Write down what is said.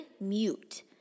mute